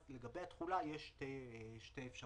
לגבי התחולה יש שתי אפשרויות.